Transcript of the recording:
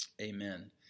amen